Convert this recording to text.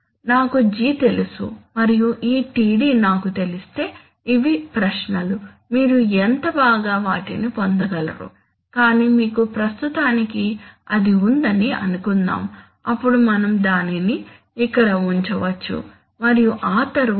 నాకు G తెలుసు మరియు ఈ Td నాకు తెలిస్తే ఇవి ప్రశ్నలు మీరు ఎంత బాగా వాటిని పొందగలరు కానీ మీకు ప్రస్తుతానికి అది ఉందని అనుకుందాం అప్పుడు మనం దానిని ఇక్కడ ఉంచవచ్చు మరియు ఆతరువాత